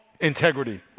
Integrity